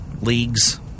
leagues